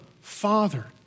Father